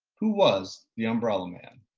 who was the umbrella man?